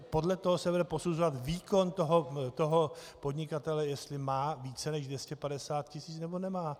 Podle toho se bude posuzovat výkon toho podnikatele, jestli má více než 250 tisíc, nebo nemá.